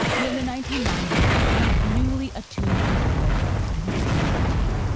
who in the nineteen ninety s becomes newly attuned to his wardrobe and his beauty routine.